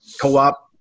co-op